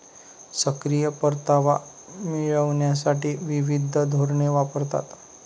सक्रिय परतावा मिळविण्यासाठी विविध धोरणे वापरतात